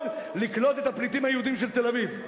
לקלוט את הפליטים היהודים של תל-אביב.